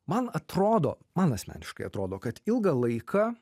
man atrodo man asmeniškai atrodo kad ilgą laiką